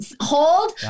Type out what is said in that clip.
hold